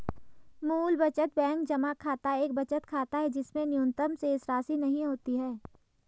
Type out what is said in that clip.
मूल बचत बैंक जमा खाता एक बचत खाता है जिसमें न्यूनतम शेषराशि नहीं होती है